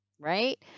right